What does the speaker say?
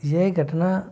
ये घटना